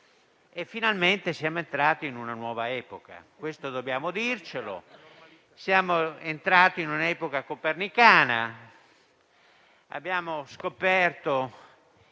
e finalmente siamo entrati in una nuova epoca. Questo dobbiamo dircelo. Siamo entrati in un'epoca copernicana: abbiamo scoperto